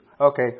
Okay